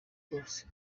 rwose